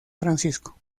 francisco